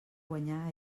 guanyar